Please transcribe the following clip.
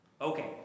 Okay